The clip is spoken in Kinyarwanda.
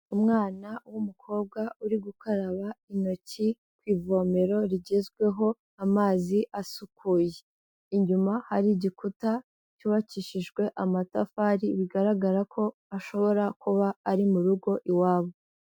Umwana w'umukobwa uri gukaraba intoki ku ivomero rigezweho amazi asukuye. Inyuma hari igikuta cyubakishijwe amatafari bigaragara ko ashobora kuba ari mu rugo iwabo.